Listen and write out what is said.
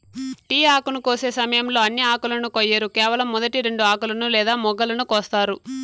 tea ఆకును కోసే సమయంలో అన్ని ఆకులను కొయ్యరు కేవలం మొదటి రెండు ఆకులను లేదా మొగ్గలను కోస్తారు